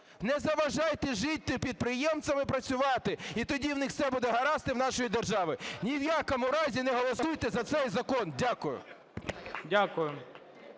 Не заважайте жити підприємцям і працювати, і тоді у них все буде гаразд, і у нашої держави. Ні в якому разі не голосуйте за цей закон. Дякую.